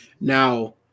Now